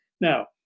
Now